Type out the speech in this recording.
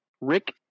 Rick